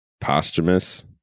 posthumous